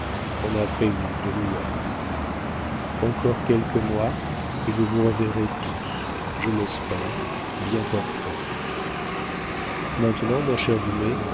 qu'on a prévenue de new-york encore quelques mois et je vous reverrai tous je l'espère bien portants maintenant mon cher dumay si